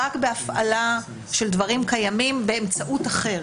רק בהפעלה של דברים קיימים באמצעות אחר,